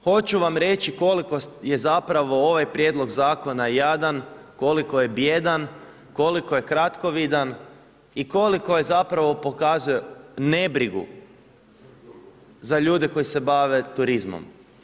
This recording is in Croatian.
I hoću vam reći koliko je zapravo ovaj prijedlog zakona jadan, koliko je bijedan, koliko je kratkovidan i koliko je zapravo pokazao ne brigu za ljude koji se bave turizmom.